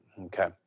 Okay